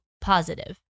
positive